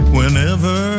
Whenever